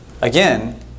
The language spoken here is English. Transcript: again